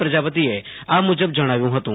પ્રજાપતિએ આ મુજબ જણાવ્યું હતું